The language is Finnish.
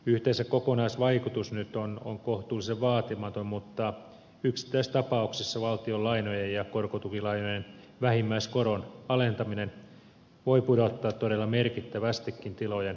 yhteensä kokonaisvaikutus nyt on kohtuullisen vaatimaton mutta yksittäistapauksissa valtion lainojen ja korkotukilainojen vähimmäiskoron alentaminen voi pudottaa todella merkittävästikin tilojen korkokustannuksia